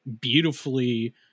beautifully